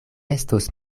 estos